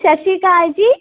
ਸਤਿ ਸ਼੍ਰੀ ਅਕਾਲ ਜੀ